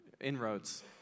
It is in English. inroads